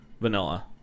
vanilla